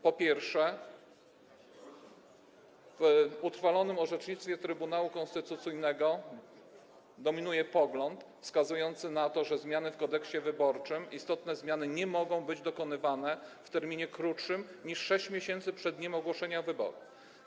Po pierwsze, w utrwalonym orzecznictwie Trybunału Konstytucyjnego dominuje pogląd wskazujący na to, że zmiany w Kodeksie wyborczym, istotne zmiany, nie mogą być dokonywane w okresie 6 miesięcy przed dniem ogłoszenia wyborów.